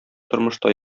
тормышта